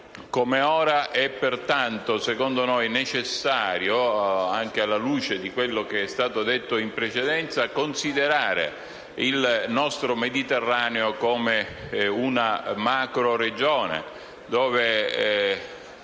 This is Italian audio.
come ora - secondo noi - è necessario, anche alla luce di quanto è stato detto in precedenza, considerare il nostro Mediterraneo come una macroregione, dove